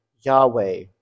Yahweh